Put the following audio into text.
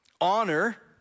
Honor